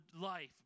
life